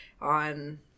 on